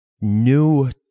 new